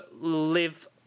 live